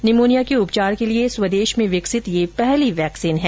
pneumonia के उपचार के लिए स्वदेश में विकसित यह पहली वैक्सीन है